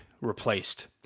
replaced